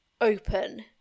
open